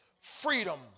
freedom